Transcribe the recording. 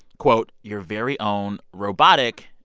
quote, your very own robotic,